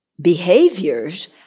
behaviors